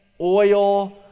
oil